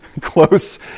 close